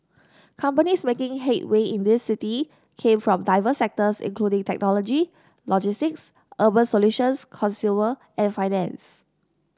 companies making headway in this city came from diverse sectors including technology logistics urban solutions consumer and finance